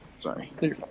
Sorry